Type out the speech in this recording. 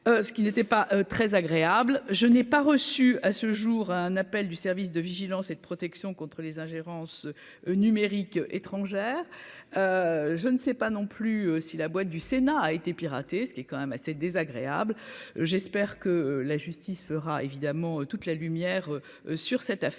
ce qui n'était pas très agréable, je n'ai pas reçu à ce jour, un appel du service de vigilance et de protection contre les ingérences numériques étrangères je ne sais pas non plus si la boîte du Sénat a été piraté, ce qui est quand même assez désagréable, j'espère que la justice fera évidemment toute la lumière sur cette affaire